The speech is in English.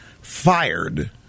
fired